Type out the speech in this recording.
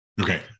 Okay